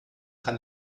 kann